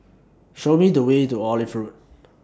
Show Me The Way to Olive Road